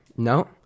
No